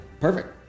Perfect